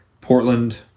Portland